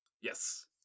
Yes